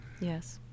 yes